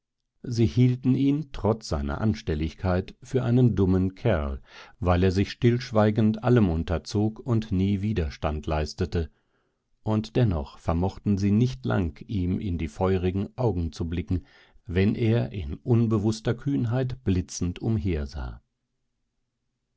sie hielten ihn trotz seiner anstelligkeit für einen dummen kerl weil er sich stillschweigend allem unterzog und nie widerstand leistete und dennoch vermochten sie nicht lang ihm in die feurigen augen zu blicken wenn er in unbewußter kühnheit blitzend umhersah